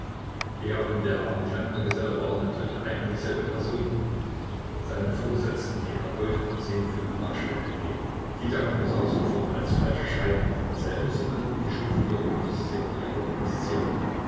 er und der arme klempnergeselle waren natürlich ein und dieselbe person seinem vorgesetzten die erbeuteten zehn fünfmarkscheine entgegen die der kommissar sofort als falsche scheine von derselben sorte wie die schon früher konfiszierten